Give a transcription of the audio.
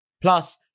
Plus